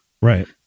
Right